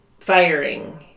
firing